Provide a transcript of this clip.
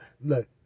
look